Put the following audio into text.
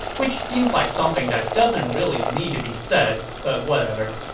which seems like something that doesn't really need to be said, but whatever.